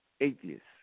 atheists